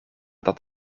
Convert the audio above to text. dat